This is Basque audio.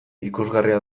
ikusgarria